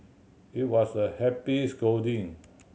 it was a happy scolding